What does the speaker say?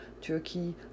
Turkey